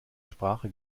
sprache